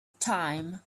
time